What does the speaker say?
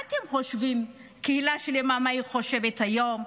מה אתם חושבים שקהילה שלמה חושבת היום?